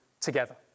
together